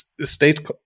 state